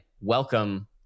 welcome